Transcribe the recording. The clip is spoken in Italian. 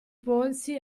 polsi